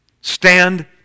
stand